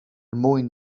mwyn